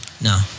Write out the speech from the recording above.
No